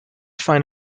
find